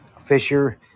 fisher